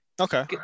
Okay